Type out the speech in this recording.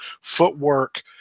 footwork